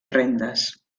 rendes